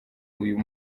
uyu